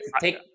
take